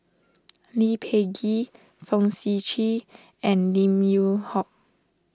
Lee Peh Gee Fong Sip Chee and Lim Yew Hock